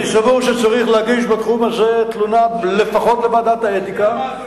אני סבור שצריך להגיש בתחום הזה תלונה לפחות לוועדת האתיקה.